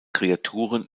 kreaturen